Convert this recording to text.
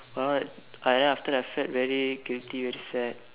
uh uh ya after that I felt very guilty very sad